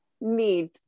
need